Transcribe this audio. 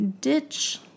ditch